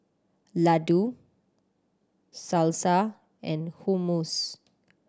Ladoo Salsa and Hummus